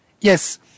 Yes